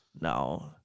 No